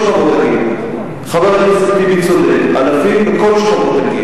באמת מחייב פתרונות מאוד מהירים להתמודדות עם